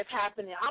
happening